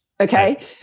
Okay